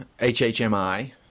HHMI